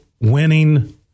winning